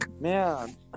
man